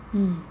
mm